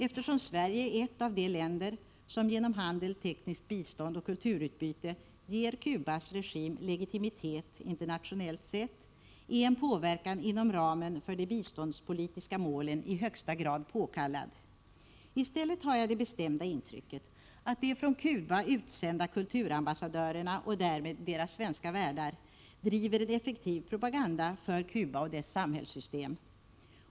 Eftersom Sverige är ett av de länder som genom handel, tekniskt bistånd och kulturutbyte ger Cubas regim legitimitet internationellt sett, är en påverkan inom ramen för de biståndspolitiska målen i högsta grad påkallad. I stället har jag det bestämda intrycket att de från Cuba utsända kulturambassadörerna och därmed deras svenska värdar driver en effektiv propaganda för Cuba och dess samhällssystem.